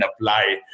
apply